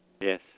Yes